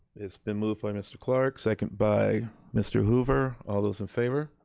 it's been moved by mr. clark, second by mr. hoover. all those in favor?